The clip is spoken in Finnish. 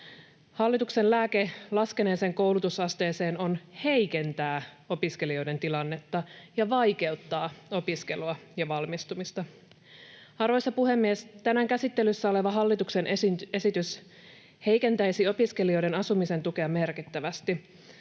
Hallituksen lääke laskeneeseen koulutusasteeseen on heikentää opiskelijoiden tilannetta ja vaikeuttaa opiskelua ja valmistumista. Arvoisa puhemies! Tänään käsittelyssä oleva hallituksen esitys heikentäisi opiskelijoiden asumisen tukea merkittävästi.